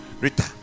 Rita